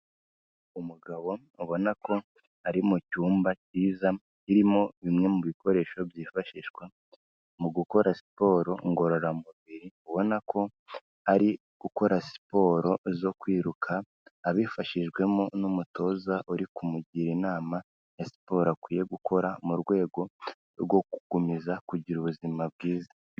Umugabo ubona ko ari mu cyumba kiza, kirimo bimwe mu bikoresho byifashishwa mu gukora siporo ngororamubiri, ubona ko ari gukora siporo zo kwiruka abifashijwemo n'umutoza uri kumugira inama ya siporo akwiye gukora mu rwego rwo gukomeza kugira ubuzima bwiza.